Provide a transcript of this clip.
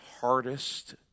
hardest